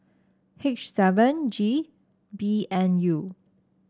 H seven G B N U